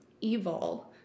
evil